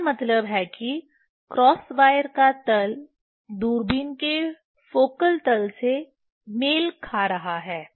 इसका मतलब है कि क्रॉस वायर का तल दूरबीन के फोकल तल से मेल खा रहा है